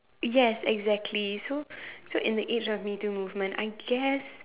yes exactly so so in the age of MeToo Movement I guess